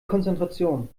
konzentration